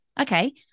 okay